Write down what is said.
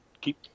Keep